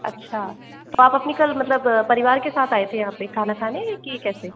अच्छा तो आप अपनी कल मतलब परिवार के साथ आए थे यहाँ पर खाना खाने की कैसे